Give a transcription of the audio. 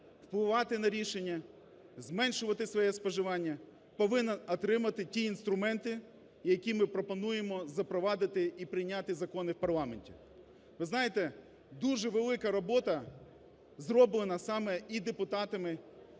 впливати на рішення, зменшувати своє споживання, повинен отримувати ті інструменти, які ми пропонуємо запровадити і прийняти закони в парламенті. Ви знаєте, дуже велика робота зроблена саме і депутатами,